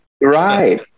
right